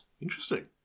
Interesting